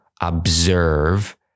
observe